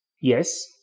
yes